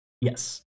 Yes